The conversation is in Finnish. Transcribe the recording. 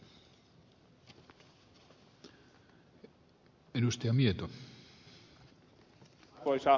arvoisa puhemies